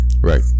right